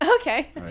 Okay